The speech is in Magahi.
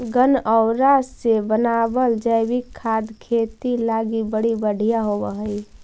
गनऔरा से बनाबल जैविक खाद खेती लागी बड़ी बढ़ियाँ होब हई